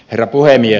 herra puhemies